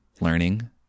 learning